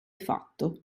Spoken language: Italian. fatto